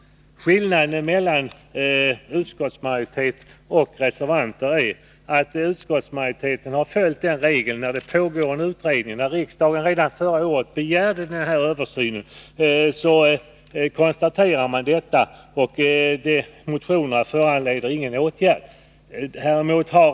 Skillnaden mellan utskottsmajoritet och reservanter är att utskottsmajoriteten har följt regeln att när en utredning pågår — och i detta fall begärde riksdagen redan förra året den här översynen — konstaterar man detta, och motionerna föranleder ingen åtgärd.